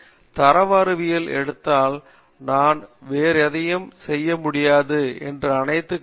எனவே தரவு அறிவியல் எடுத்தால் நான் வேறு எதையும் செய்ய முடியாது என்ற அனைத்து கவலையும் மறைத்து போயிற்று